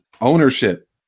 ownership